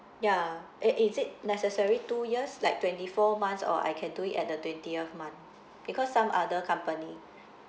ya and is it necessary two years like twenty four months or I can do it at the twentieth month because some other company